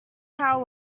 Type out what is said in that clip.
how